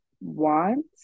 want